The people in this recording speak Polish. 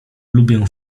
lubię